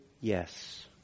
yes